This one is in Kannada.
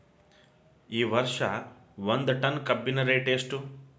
ಈ ವರ್ಷ ಒಂದ್ ಟನ್ ಕಬ್ಬಿನ ರೇಟ್ ಎಷ್ಟು?